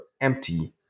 empty